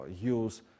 use